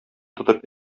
тотып